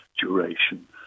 duration